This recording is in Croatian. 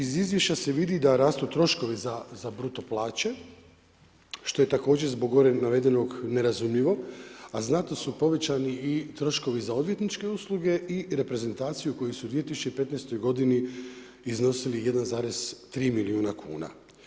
Iz izvješća se vidi da rastu troškovi za bruto plaće, što je također zbog gore navedeno nerazumljivo, a znatno su povećani i troškovi za odvjetničke usluge i reprezentaciju koju su u 2015. g. iznosili 1,3 milijuna kuna.